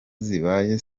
zibaye